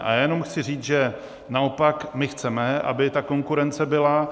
A jenom chci říct, že naopak my chceme, aby ta konkurence byla.